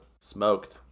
smoked